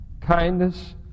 Kindness